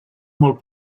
molt